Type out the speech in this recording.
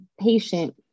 patient